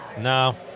No